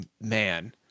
man